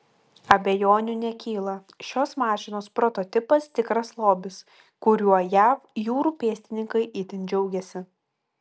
abejonių nekyla šios mašinos prototipas tikras lobis kuriuo jav jūrų pėstininkai itin džiaugiasi